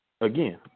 again